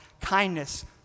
kindness